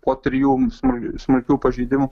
po trijų smul smulkių pažeidimų